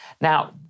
Now